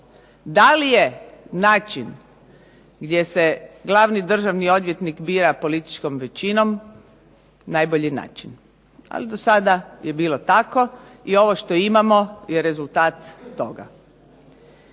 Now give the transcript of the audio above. da li je način gdje se glavni državni odvjetnik bira političkom većinom najbolji način, do sada je bilo tako i ovo što imamo je rezultat toga.